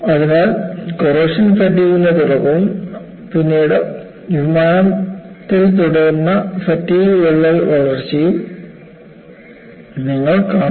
അതിനാൽ കോറോഷൻ ഫാറ്റിഗ്ൻറെ തുടക്കവും പിന്നീട് വിമാനത്തിൽ തുടരുന്ന ഫാറ്റിഗ് വിള്ളൽ വളർച്ചയും നിങ്ങൾ കാണുന്നു